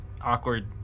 awkward